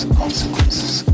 consequences